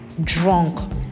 drunk